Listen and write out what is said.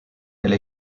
elle